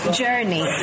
journey